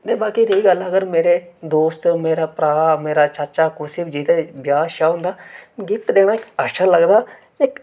ते बाकी रेही गल्ल अगर मेरे दोस्त मेरा भ्राऽ मेरा चाचा कुसै बी जेह्दे ब्याह् शया होंदा गिफ्ट देना इक अच्छा लगदा इक